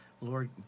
Lord